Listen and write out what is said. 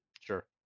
Sure